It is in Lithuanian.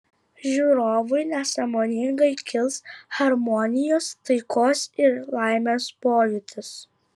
žiūrovui nesąmoningai kils harmonijos taikos ir laimės pojūtis